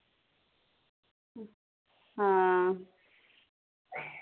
आं